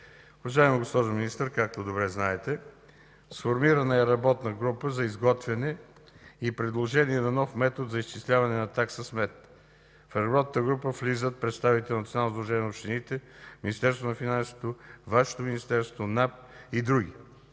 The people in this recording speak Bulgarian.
Уважаема госпожо Министър, както добре знаете, сформирана е работна група за изготвяне и предложение на нов метод за изчисляване на такса смет. В работната група влизат представители на Националното сдружение на общините, Министерството